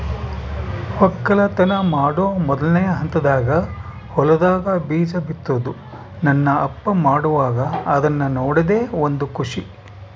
ವಕ್ಕಲತನ ಮಾಡೊ ಮೊದ್ಲನೇ ಹಂತದಾಗ ಹೊಲದಾಗ ಬೀಜ ಬಿತ್ತುದು ನನ್ನ ಅಪ್ಪ ಮಾಡುವಾಗ ಅದ್ನ ನೋಡದೇ ಒಂದು ಖುಷಿ